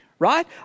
Right